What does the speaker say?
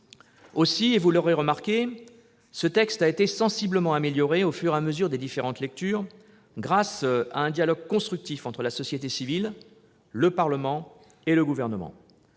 Aussi, vous l'aurez remarqué, ce texte a été sensiblement amélioré au fur et à mesure des différentes lectures, grâce à un dialogue constructif entre la société civile, le Parlement et le Gouvernement.